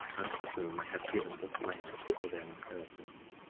unto whom i have given this land for their inheritance